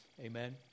Amen